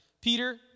Peter